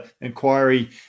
inquiry